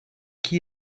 qui